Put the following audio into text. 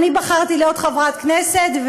אני בחרתי להיות חברת כנסת,